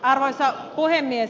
arvoisa puhemies